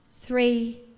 three